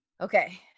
Okay